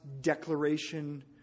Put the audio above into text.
declaration